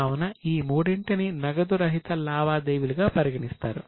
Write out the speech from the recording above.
కావున ఈ మూడింటిని నగదు రహిత లావాదేవీలుగా పరిగణిస్తారు